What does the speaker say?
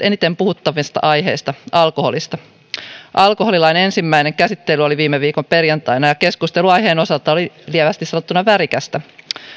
eniten puhuttavista aiheista alkoholista alkoholilain ensimmäinen käsittely oli viime viikon perjantaina ja keskustelu aiheen osalta oli lievästi sanottuna värikästä